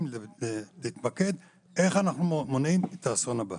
צריכה להתמקד איך אנחנו מונעים את האסון הבא.